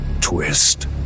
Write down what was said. twist